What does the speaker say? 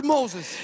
Moses